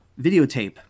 videotape